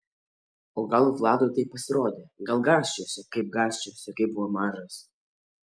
o gal vladui taip pasirodė gal gąsčiojasi kaip gąsčiojosi kai buvo mažas